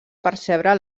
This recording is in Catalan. percebre